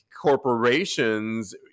corporations